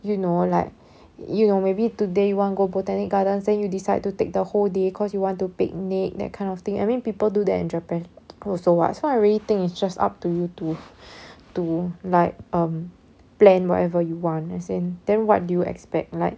you know like you know maybe today want go botanic gardens then you decide to take the whole day cause you want to picnic that kind of thing I mean people do that in japan also [what] so I really think it's just up to you to to like um plan whatever you want as in then what do you expect like